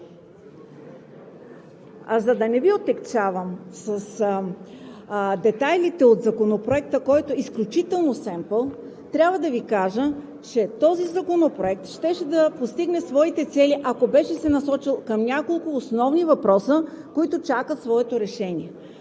За да не Ви отегчавам с детайлите от Законопроекта, който е изключително семпъл, трябва да Ви кажа, че този законопроект щеше да постигне своите цели, ако беше се насочил към няколко основни въпроса, които чакат своето решение.